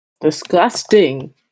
disgusting